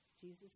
Jesus